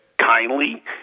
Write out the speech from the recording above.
kindly